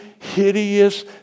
hideous